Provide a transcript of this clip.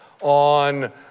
on